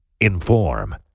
Inform